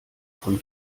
von